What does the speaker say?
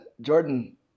Jordan